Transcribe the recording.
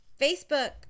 Facebook